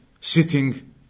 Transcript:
sitting